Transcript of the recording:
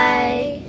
Bye